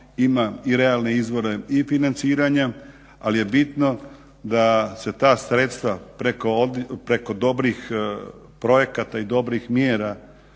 ima i realne izvore i financiranja, ali je bitno da se ta sredstva preko dobrih projekata i dobrih mjera